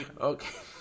Okay